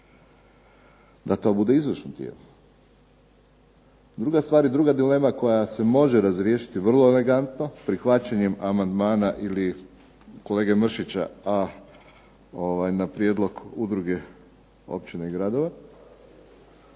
da to bude izvršno tijelo. Druga stvar i druga dilema koja se može razriješiti vrlo elegantno prihvaćanjem amandmana kolege Mršića na prijedlog udruge općina i gradova,